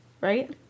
right